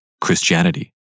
Christianity